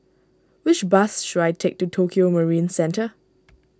which bus should I take to Tokio Marine Centre